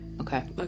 Okay